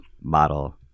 model